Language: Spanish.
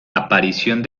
aparición